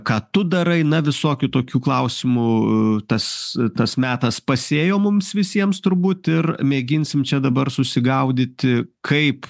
ką tu darai na visokių tokių klausimų tas tas metas pasėjo mums visiems turbūt ir mėginsim čia dabar susigaudyti kaip